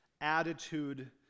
attitude